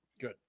good